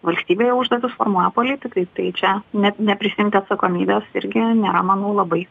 valstybėje užduotis formuoja politikai tai čia net neprisiimti atsakomybės irgi nėra manau labai